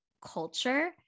culture